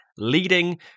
leading